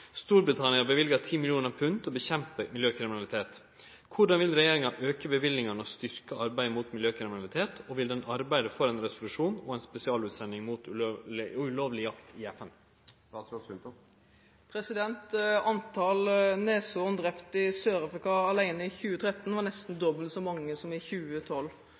Storbritannia har bevilget 10 mill. pund til å bekjempe miljøkriminalitet. Hvordan vil regjeringen øke bevilgningene og styrke arbeidet mot miljøkriminalitet, og vil den arbeide for en resolusjon og spesialutsending mot ulovlig jakt i FN?» Antall neshorn drept i Sør-Afrika alene i 2013 var nesten dobbelt så mange som i 2012.